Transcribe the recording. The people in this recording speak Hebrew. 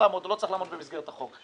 לעמוד או לא צריך לעמוד במסגרת החוק.